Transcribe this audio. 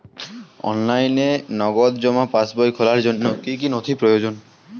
অনলাইনে নগদ জমা পাসবই খোলার জন্য কী কী নথি প্রয়োজন?